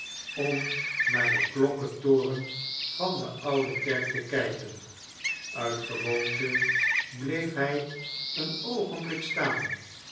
om naar den klokkentoren van de oude kerk te kijken uit gewoonte bleef hij een oogenbmk staian